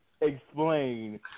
explain